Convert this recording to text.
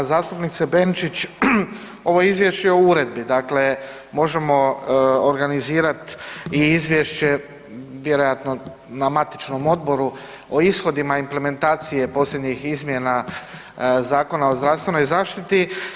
Poštovana zastupnice Benčić, ovo je Izvješće o uredbi, dakle možemo organizirat i izvješće vjerojatno na matičnom odboru o ishodima implementacije posljednjih izmjena Zakona o zdravstvenoj zaštiti.